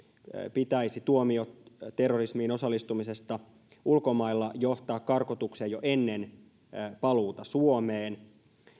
pitäisi tuomion terrorismiin osallistumisesta ulkomailla johtaa karkotukseen jo ennen paluuta suomeen